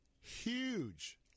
huge